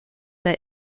their